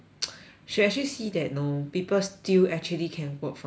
should actually see that no people still actually can work from home